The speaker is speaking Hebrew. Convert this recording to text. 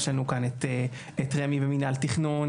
יש לנו כאן את רמ"י ומינהל תכנון,